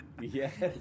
Yes